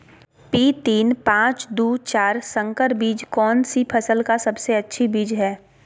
P तीन पांच दू चार संकर बीज कौन सी फसल का सबसे अच्छी बीज है?